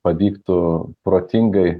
pavyktų protingai